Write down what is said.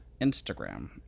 Instagram